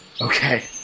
Okay